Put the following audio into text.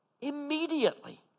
immediately